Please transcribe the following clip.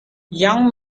young